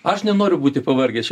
aš nenoriu būti pavargęs